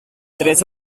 tres